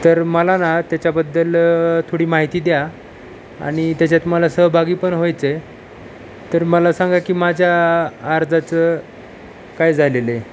तर मला ना त्याच्याबद्दल थोडी माहिती द्या आणि त्याच्यात मला सहभागी पण व्हायचं आहे तर मला सांगा की माझ्या अर्जाचं काय झालेलं आहे